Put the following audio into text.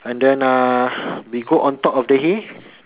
and then uh we go on top of the hay